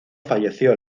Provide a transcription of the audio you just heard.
falleció